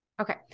Okay